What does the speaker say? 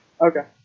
Okay